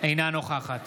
אינה נוכחת